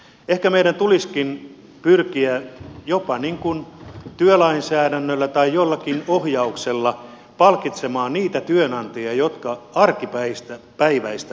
ehkä meidän tulisikin pyrkiä jopa työlainsäädännöllä tai jollakin ohjauksella palkitsemaan niitä työnantajia jotka arkipäiväistävät työpaikkaliikunnan